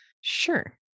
sure